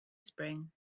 spring